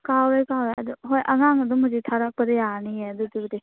ꯀꯥꯎꯔꯣꯏ ꯀꯥꯎꯔꯣꯏ ꯑꯗꯨ ꯍꯣꯏ ꯑꯉꯥꯡ ꯑꯗꯨꯝ ꯍꯧꯖꯤꯛ ꯊꯥꯔꯛꯄꯗꯤ ꯌꯥꯔꯅꯤ ꯑꯗꯨꯗꯨꯕꯨꯗꯤ